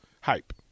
Hype